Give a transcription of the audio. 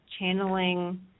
channeling